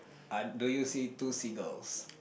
ah do you see two seagulls